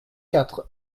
quatre